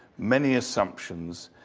many assumptions.